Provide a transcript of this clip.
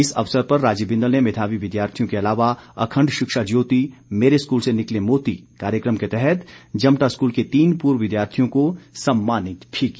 इस अवसर पर राजीव बिंदल ने मेधावी विद्यार्थियों के अलावा अखंड शिक्षा ज्योति मेरे स्कूल से निकले मोती कार्यक्रम के तहत जमटा स्कूल के तीन पूर्व विद्यार्थियों को सम्मानित भी किया